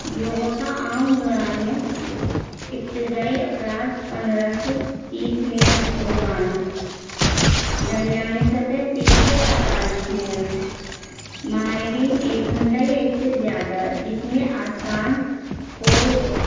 یوگا کا عام دورانیہ ابتدائی افراد پندرہ سے تیس منٹ روزانہ درمیانی سطح تیس سے پینتالیس منٹ ماہرین ایک گھنٹہ یا اس سے زیادہ جس میں آسان پوز